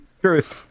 Truth